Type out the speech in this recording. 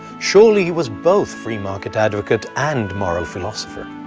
surely he was both free market advocate and moral philosopher.